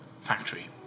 factory